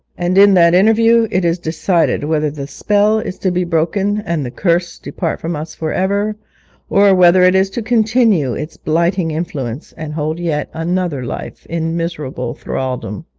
and, in that interview, it is decided whether the spell is to be broken and the curse depart from us for ever or whether it is to continue its blighting influence, and hold yet another life in miserable thraldom